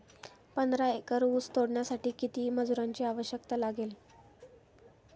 पंधरा एकर ऊस तोडण्यासाठी किती मजुरांची आवश्यकता लागेल?